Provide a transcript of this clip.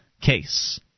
case